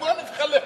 בוא נתחלף.